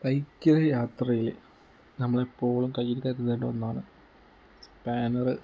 ബൈക്കിലെ യാത്രയിൽ നമ്മളെപ്പോഴും കയ്യിൽ കരുതേണ്ട ഒന്നാണ് സ്പാനർ